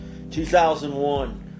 2001